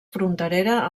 fronterera